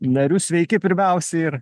nariu sveiki pirmiausiai ir